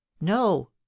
No